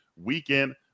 weekend